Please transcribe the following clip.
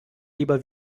lieber